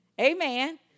Amen